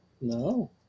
No